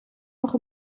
noch